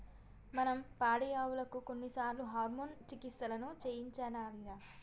మనం పాడియావులకు కొన్నిసార్లు హార్మోన్ చికిత్సలను చేయించాలిరా